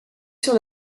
sir